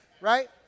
Right